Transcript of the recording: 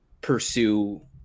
pursue